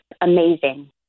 amazing